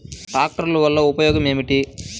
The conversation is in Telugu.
ట్రాక్టర్లు వల్లన ఉపయోగం ఏమిటీ?